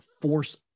force